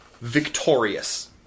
victorious